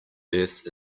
earth